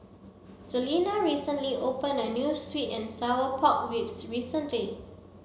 Selina recently opened a new sweet and sour pork ribs restaurant